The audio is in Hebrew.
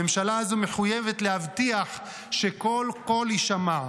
הממשלה הזו מחויבת להבטיח שכל קול יישמע,